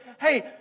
Hey